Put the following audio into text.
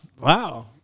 Wow